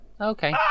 okay